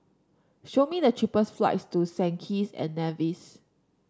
show me the cheapest flights to Saint Kitts and Nevis